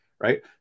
right